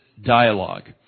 dialogue